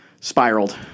spiraled